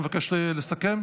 נוכח, חבר הכנסת אלון שוסטר,